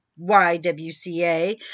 YWCA